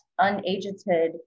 unagented